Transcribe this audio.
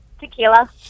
Tequila